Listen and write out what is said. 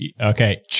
Okay